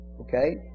okay